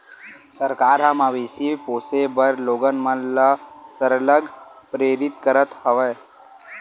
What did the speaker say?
सरकार ह मवेशी पोसे बर लोगन मन ल सरलग प्रेरित करत हवय